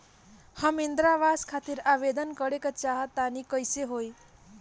हम इंद्रा आवास खातिर आवेदन करे क चाहऽ तनि कइसे होई?